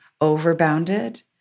overbounded